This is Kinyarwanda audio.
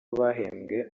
bahembwe